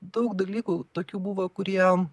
daug dalykų tokių buvo kurie